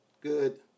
good